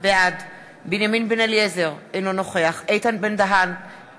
בעד בנימין בן-אליעזר, אינו נוכח אלי בן-דהן,